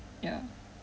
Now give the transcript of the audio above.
ya